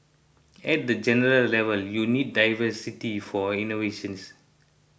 at the general level you need diversity for innovations